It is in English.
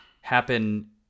happen